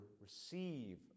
receive